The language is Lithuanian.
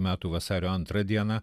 metų vasario antrą dieną